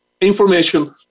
information